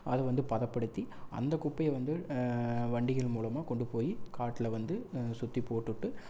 அதை வந்து பதப்படுத்தி அந்தக் குப்பையை வந்து வண்டிகள் மூலமாக கொண்டுப் போய் காட்டில் வந்து சுற்றிப் போட்டுவிட்டு